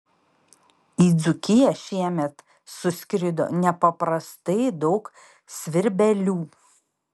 į dzūkiją šiemet suskrido nepaprastai daug svirbelių